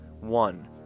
one